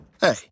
Hey